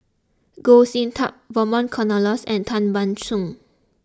Goh Sin Tub Vernon Cornelius and Tan Ban Soon